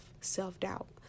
self-doubt